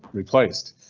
replaced.